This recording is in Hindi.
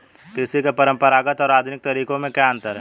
कृषि के परंपरागत और आधुनिक तरीकों में क्या अंतर है?